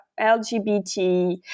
LGBT